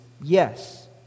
yes